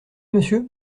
monsieur